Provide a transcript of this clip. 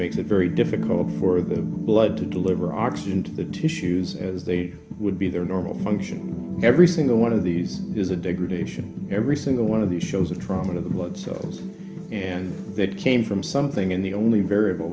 makes it very difficult for the blood to deliver oxygen to the tissues as they would be their normal function every single one of these is a degradation every single one of these shows of trauma to the blood cells and that came from something in the only variable